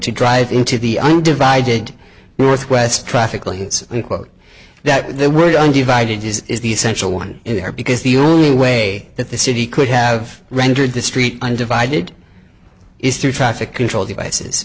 to drive into the undivided northwest traffic lanes in quote that there were undivided is the essential one in there because the only way that the city could have rendered the street undivided is through traffic control devices